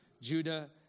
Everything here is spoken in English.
Judah